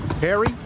Harry